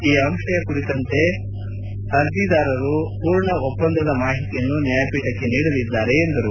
ಈ ಅಂಶಯ ಕುರಿತಂತೆ ಅರ್ಜಿದಾರರು ಪೂರ್ಣ ಒಪ್ಪಂದದ ಮಾಹಿತಿಯನ್ನು ನ್ಯಾಯಪೀಠಕ್ಕೆ ನೀಡಲಿದ್ದಾರೆ ಎಂದರು